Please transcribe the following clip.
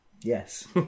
Yes